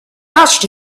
touched